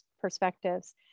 perspectives